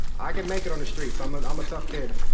i can make it on the streets, i'm and i'm a tough kid.